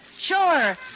Sure